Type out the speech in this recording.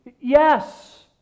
Yes